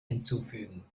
hinzufügen